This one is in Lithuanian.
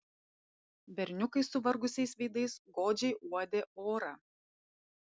berniukai suvargusiais veidais godžiai uodė orą